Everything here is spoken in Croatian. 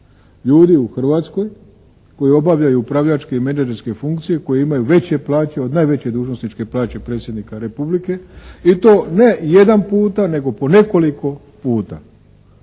ljudi u Hrvatskoj koji obavljaju upravljačke i menadžerske funkcije koji imaju veće plaće od najveće dužnosničke plaće predsjednika Republike i to ne jedan puta, nego po nekoliko puta,